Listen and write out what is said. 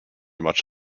much